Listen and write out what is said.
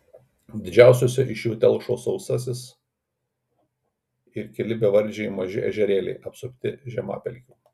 didžiausiose iš jų telkšo sausasis ir keli bevardžiai maži ežerėliai apsupti žemapelkių